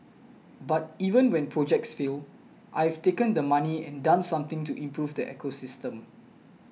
but even when projects fail I have taken the money and done something to improve the ecosystem